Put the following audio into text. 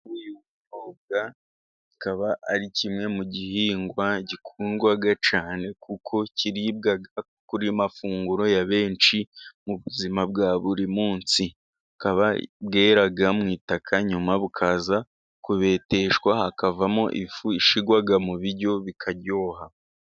Ubunyobwa kikaba ari kimwe mu bihingwa bikundwa cyane, kuko kiribwa ku mafunguro ya benshi mu buzima bwa buri munsi. Bukaba bwera mu itaka nyuma bukaza kubeteshwa, hakavamo ifu ishyirwa mu biryo bikaryoha.